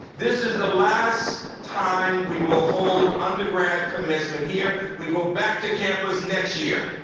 this is the last time we will hold undergrad commencement here. we go back to campus next year,